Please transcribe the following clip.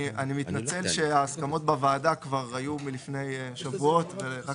אני מתנצל שההסכמות בוועדה כבר היו מלפני שבועות ורק